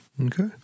Okay